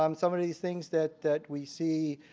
um some of these things that that we see